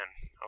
okay